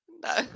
No